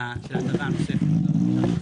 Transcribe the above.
של ההטבה הנוספת לחברה,